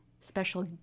special